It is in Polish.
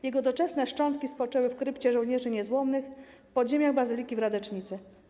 Jego doczesne szczątki spoczęły w krypcie żołnierzy niezłomnych w podziemiach bazyliki w Radecznicy.